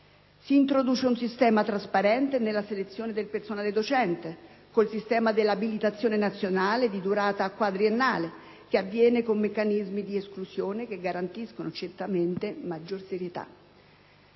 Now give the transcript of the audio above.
Si introduce un sistema trasparente nella selezione del personale docente, col sistema dell'abilitazione nazionale di durata quadriennale, che avviene con meccanismi di esclusione che garantiscono certamente maggior serietà.